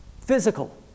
Physical